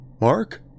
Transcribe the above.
mark